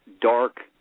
dark